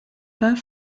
pas